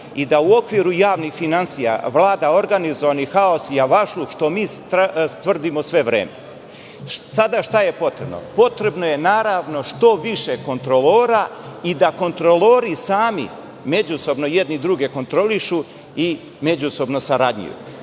i da u okviru javnih finansija vlada organizovanih haos i javašluk, što mi tvrdimo sve vreme. Šta je sada potrebno? Potrebno je što više kontrolora i da kontrolori sami međusobno jedni druge kontrolišu i međusobno sarađuju.